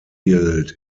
gilt